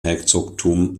herzogtum